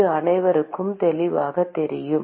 இது அனைவருக்கும் தெளிவாகத் தெரியும்